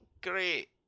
great